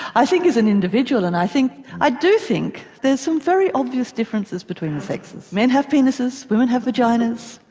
i think as an individual and i think, i do think there's some very obvious differences between the sexes. men have penises, women have vaginas,